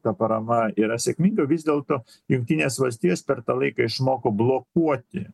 ta parama yra sėkminga vis dėlto jungtinės valstijos per tą laiką išmoko blokuoti